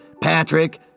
Patrick